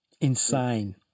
Insane